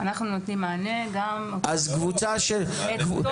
אנחנו נותנים מענה גם --- אז קבוצה --- אתם